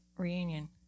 reunion